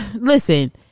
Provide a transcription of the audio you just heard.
listen